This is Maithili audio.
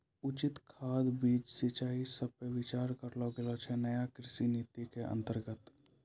उचित खाद, बीज, सिंचाई सब पर विचार करलो गेलो छै नयी कृषि नीति के अन्तर्गत